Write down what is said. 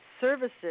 services